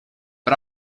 but